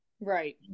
Right